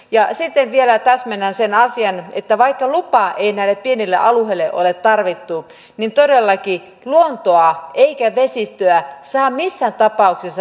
ja sitten vielä täsmennän sen asian että vaikka lupaa ei näille pienille alueille ole tarvittu niin todellakaan ei luontoa eikä vesistöä saa missään tapauksessa pilata